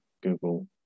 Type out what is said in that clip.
Google